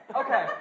okay